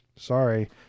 Sorry